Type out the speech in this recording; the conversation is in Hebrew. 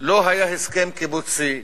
לא היה הסכם קיבוצי,